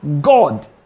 God